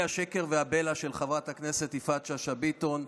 השקר והבלע של חברת הכנסת יפעת שאשא ביטון,